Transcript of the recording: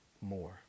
more